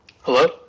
Hello